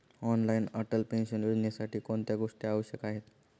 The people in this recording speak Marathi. ऑनलाइन अटल पेन्शन योजनेसाठी कोणत्या गोष्टी आवश्यक आहेत?